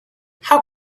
how